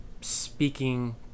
speaking